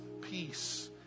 peace